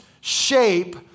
shape